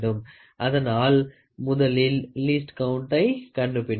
அதனால் முதலில் லீஸ்ட் கவுண்ட்டை கண்டுபிடிப்போம்